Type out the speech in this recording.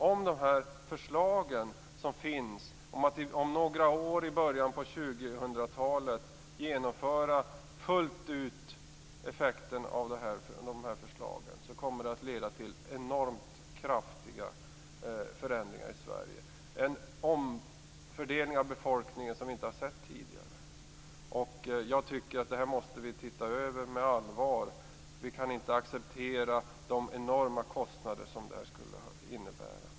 Om det här genomförs fullt ut, som det föreslås göra om några år i början av 2000-talet, kommer det att leda till enormt kraftiga förändringar i Sverige. Det blir en omfördelning av befolkningen som vi inte har sett tidigare. Jag tycker att vi allvarligt måste se över det här. Vi kan inte acceptera de enorma kostnader som det här skulle innebära.